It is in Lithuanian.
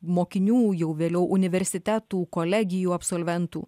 mokinių jau vėliau universitetų kolegijų absolventų